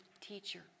teacher